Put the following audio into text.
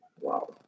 Wow